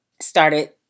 started